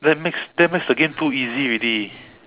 that makes that makes the game too easy already